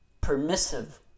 permissive